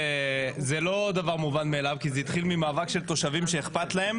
זה לא דבר מובן מאליו כי זה התחיל ממאבק של תושבים שאכפת להם